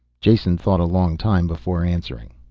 jason thought a long time before answering.